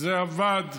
זה עבד,